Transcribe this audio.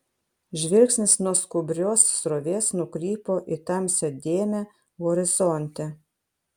žvilgsnis nuo skubrios srovės nukrypo į tamsią dėmę horizonte